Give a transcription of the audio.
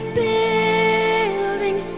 building